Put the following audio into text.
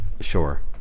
Sure